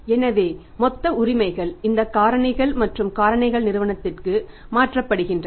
எனவே மொத்த உரிமைகள் இந்த காரணிகள் மற்றும் காரணிகள் நிறுவனத்திற்கு மாற்றப்படுகின்றன